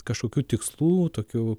kažkokių tikslų tokių